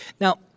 Now